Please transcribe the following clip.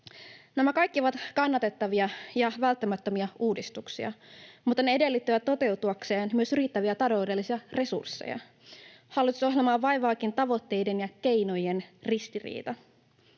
Nämä kaikki ovat kannatettavia ja välttämättömiä uudistuksia, mutta ne edellyttävät toteutuakseen myös riittäviä taloudellisia resursseja. Hallitusohjelmaa vaivaakin tavoitteiden ja keinojen ristiriita.